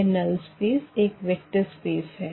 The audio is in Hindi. यह नल्ल स्पेस एक वेक्टर स्पेस है